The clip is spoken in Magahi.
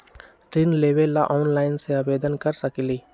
ऋण लेवे ला ऑनलाइन से आवेदन कर सकली?